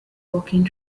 walking